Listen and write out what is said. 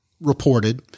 reported